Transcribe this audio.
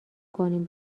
کنیم